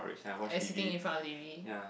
and sitting in front of T_V